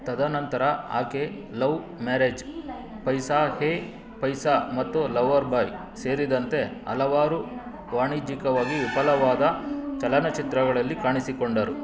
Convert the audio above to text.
ತದನಂತರ ಆಕೆ love marriage Paisa Hai Paisa ಮತ್ತು ಲವರ್ ಬಾಯ್ ಸೇರಿದಂತೆ ಹಲವಾರು ವಾಣಿಜ್ಯಿಕವಾಗಿ ವಿಫಲವಾದ ಚಲನಚಿತ್ರಗಳಲ್ಲಿ ಕಾಣಿಸಿಕೊಂಡರು